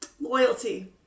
Loyalty